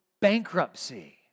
bankruptcy